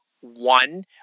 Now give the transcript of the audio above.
one